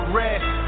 rest